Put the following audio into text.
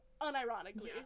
unironically